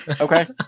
Okay